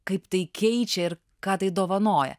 kaip tai keičia ir ką tai dovanoja